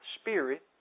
Spirit